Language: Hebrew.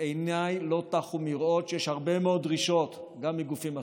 ועיניי לא טחו מראות שיש הרבה מאוד דרישות גם מגופים אחרים,